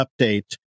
update